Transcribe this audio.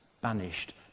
banished